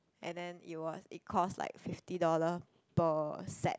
and then it was it cost like fifty dollar per set